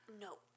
No